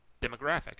demographic